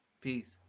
Peace